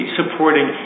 supporting